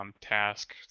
Task